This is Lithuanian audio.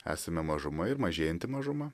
esame mažuma ir mažėjanti mažuma